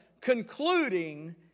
concluding